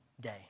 day